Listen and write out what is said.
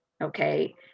okay